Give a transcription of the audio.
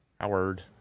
Howard